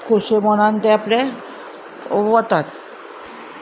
खोशे मनान ते आपल्या वतात